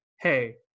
Hey